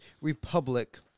republic